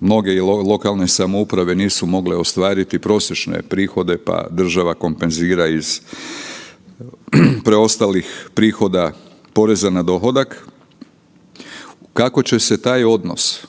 mnoge lokalne samouprave nisu mogle ostvariti prosječne prihode pa država kompenzira iz preostalih prihoda poreza na dohodak, kako će se taj odnos